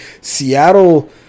Seattle